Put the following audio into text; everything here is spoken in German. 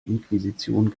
inquisition